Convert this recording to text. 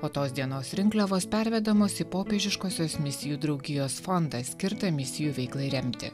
po tos dienos rinkliavos pervedamos į popiežiškosios misijų draugijos fondą skirtą misijų veiklai remti